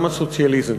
"למה סוציאליזם".